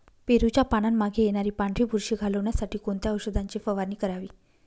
पेरूच्या पानांमागे येणारी पांढरी बुरशी घालवण्यासाठी कोणत्या औषधाची फवारणी करावी?